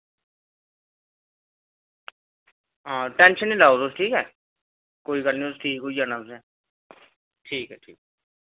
आं टेंशन निं लैओ तुस ठीक ऐ कोई गल्ल निं ठीक होई जाना तुसें ठीक ऐ ठीक